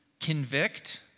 convict